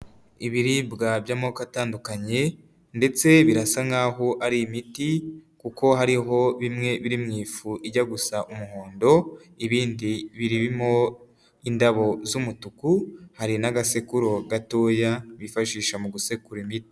Ibiribwa by'amoko atandukanye ndetse birasa nkaho ari imiti, kuko hariho bimwe biri mu ifu ijya gusa umuhondo, ibindi birimo indabo z'umutuku, hari n'agasekuru gatoya bifashisha mu gusekura imiti.